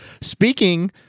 speaking